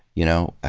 you know, ah